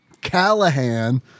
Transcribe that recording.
Callahan